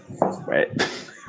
right